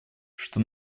что